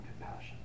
compassion